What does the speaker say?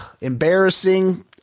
Embarrassing